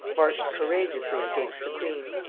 marched courageously against the queen,